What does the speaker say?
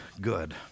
good